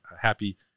happy